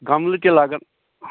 کَملہٕ تہِ لَگن